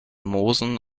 moosen